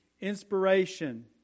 Inspiration